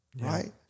right